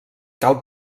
cal